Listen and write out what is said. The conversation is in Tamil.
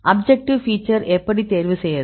அப்ஜெக்டிவ் ஃபீச்சர் எப்படி தேர்வு செய்வது